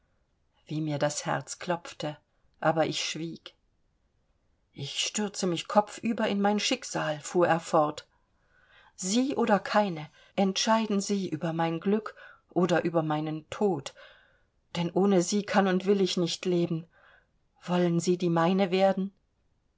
wie mir das herz klopfte aber ich schwieg ich stürze mich kopfüber in mein schicksal fuhr er fort sie oder keine entscheiden sie über mein glück oder über meinen tod denn ohne sie kann und will ich nicht leben wollen sie die meine werden